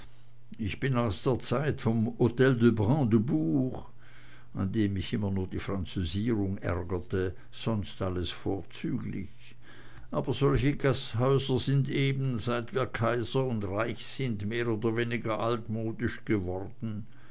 ich bin noch aus der zeit von hotel de brandebourg an dem mich immer nur die französierung ärgerte sonst alles vorzüglich aber solche gasthäuser sind eben seit wir kaiser und reich sind mehr oder weniger altmodisch geworden